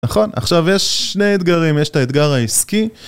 נכון? עכשיו יש שני אתגרים, יש את האתגר העסקי